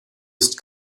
ist